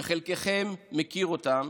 שחלקכם מכירים אותם,